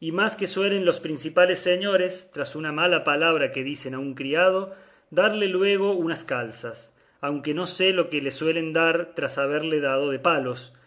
y más que suelen los principales señores tras una mala palabra que dicen a un criado darle luego unas calzas aunque no sé lo que le suelen dar tras haberle dado de palos